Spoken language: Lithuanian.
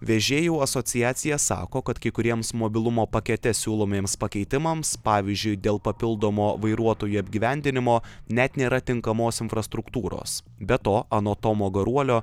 vežėjų asociacija sako kad kai kuriems mobilumo pakete siūlomiems pakeitimams pavyzdžiui dėl papildomo vairuotojų apgyvendinimo net nėra tinkamos infrastruktūros be to anot tomo garuolio